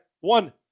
one